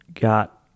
got